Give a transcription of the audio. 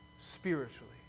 spiritually